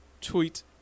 tweet